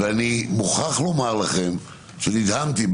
אני מוכרח לומר לכם שנדהמתי,